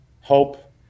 hope